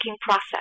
process